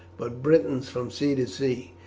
but britons from sea to sea.